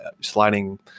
sliding